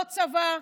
לא צבא,